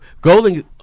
Golding